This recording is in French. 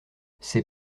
c’est